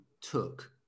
took